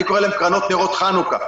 אני קורא להן קרנות נרות חנוכה,